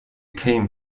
came